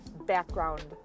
background